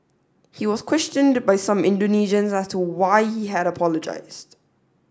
he was questioned by some Indonesians as to why he had apologised